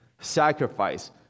sacrifice